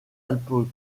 alpes